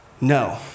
no